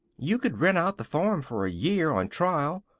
you could rent out the farm for a year, on trial.